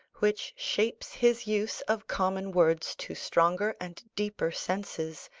which shapes his use of common words to stronger and deeper senses,